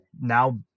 now